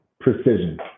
precision